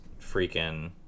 freaking